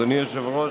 אדוני היושב-ראש,